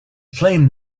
flame